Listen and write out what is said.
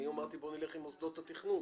אני אמרתי: בואו נלך עם מוסדות התכנון.